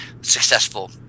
successful